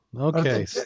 Okay